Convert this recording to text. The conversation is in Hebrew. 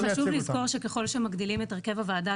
חשוב לזכור שככל שמגדילים את הרכב הוועדה,